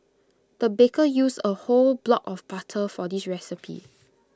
the baker used A whole block of butter for this recipe